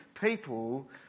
people